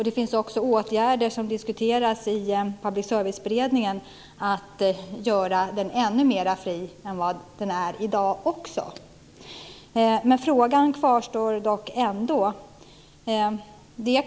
Det finns också åtgärder som diskuteras i Public serviceberedningen för att göra den ännu mer fri än vad den är i dag. Frågan kvarstår dock.